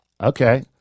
Okay